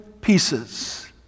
pieces